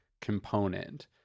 component